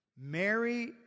Mary